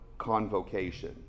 convocation